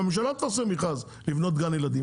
שהממשלה תעשה מכרז לבנות גן ילדים,